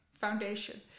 foundation